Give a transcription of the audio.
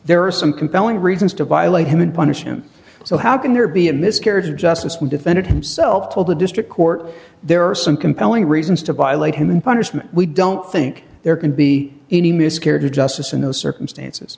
there are some compelling reasons to violate human punishment so how can there be a miscarriage of justice who defended himself told the district court there are some compelling reasons to violate him in punishment we don't think there can be any miscarriage of justice in those circumstances